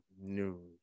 news